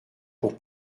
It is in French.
pour